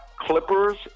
Clippers